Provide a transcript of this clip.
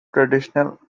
traditional